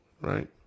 right